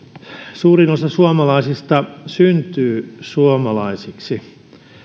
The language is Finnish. suurin osa suomalaisista syntyy suomalaisiksi